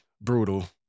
brutal